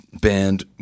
band